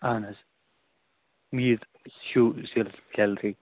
اَہَن حظ چھُو